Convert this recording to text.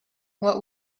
what